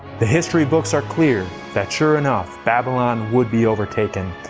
the history books are clear that, sure enough, babylon would be overtaken.